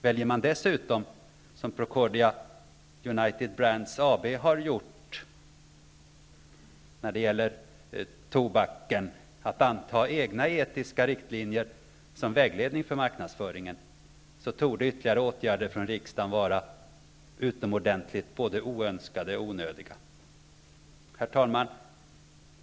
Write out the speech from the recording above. Väljer man dessutom, som Procordia United Brands AB har gjort när det gäller tobaken, att anta egna etiska riktlinjer som vägledning för marknadsföringen, torde ytterligare åtgärder från riksdagen vara utomordentligt oönskade och onödiga. Herr talman!